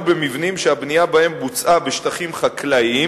במבנים שהבנייה בהם בוצעה בשטחים חקלאיים